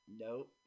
Nope